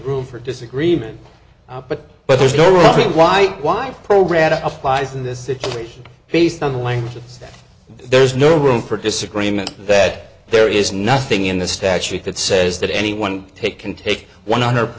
room for disagreement but but there's no reason why why program applies in this situation based on language and there's no room for disagreement that there is nothing in the statute that says that any one take can take one hundred per